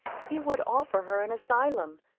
he would offer her an asylum,